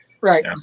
right